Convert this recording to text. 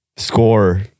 score